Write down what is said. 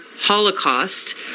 holocaust